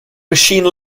machine